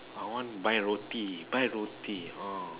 I want buy roti buy roti oh